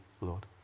lord